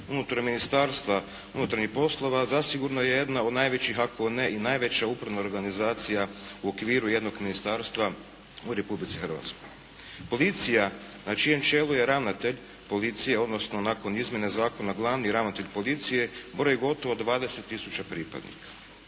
unutar Ministarstva unutarnjih poslova zasigurno je jedna od najvećih ako ne i najveća upravna organizacija u okviru jednog ministarstva u Republici Hrvatskoj. Policija na čijem čelu je ravnatelj policije odnosno nakon izmjena zakona glavni ravnatelj policije broji gotovo 20 tisuća pripadnika.